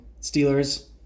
Steelers